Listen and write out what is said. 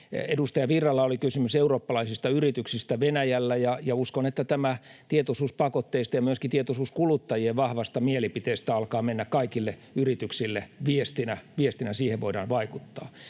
Edustaja Virralla oli kysymys eurooppalaisista yrityksistä Venäjällä, ja uskon, että tietoisuus pakotteista ja myöskin tietoisuus kuluttajien vahvasta mielipiteestä alkaa mennä kaikille yrityksille viestinä, ja siihen voidaan vaikuttaa.